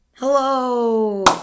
Hello